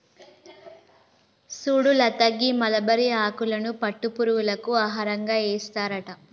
సుడు లత గీ మలబరి ఆకులను పట్టు పురుగులకు ఆహారంగా ఏస్తారట